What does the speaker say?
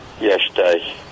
Yesterday